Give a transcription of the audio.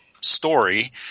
story